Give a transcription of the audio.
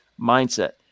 mindset